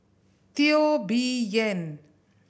Teo Bee Yen